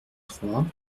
trois